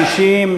60,